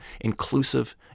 inclusive